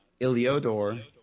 Iliodor